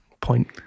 point